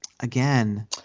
Again